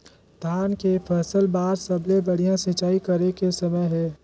धान के फसल बार सबले बढ़िया सिंचाई करे के समय हे?